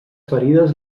ferides